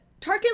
Tarkin